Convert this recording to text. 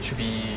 should be